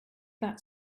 that